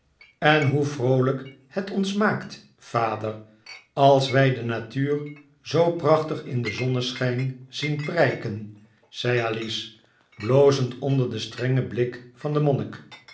en hoe vroolijk het ons maakt vader als wij de natuur zoo prachtig in den zonneschijn zien prijken zei alice blozend onder den strengen blik van den